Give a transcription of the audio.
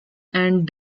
and